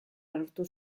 lortu